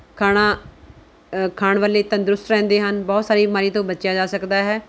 ਖਾਣਾ ਖਾਣ ਵਾਲੇ ਤੰਦਰੁਸਤ ਰਹਿੰਦੇ ਹਨ ਬਹੁਤ ਸਾਰੀ ਬਿਮਾਰੀਆਂ ਤੋਂ ਬਚਿਆ ਜਾ ਸਕਦਾ ਹੈ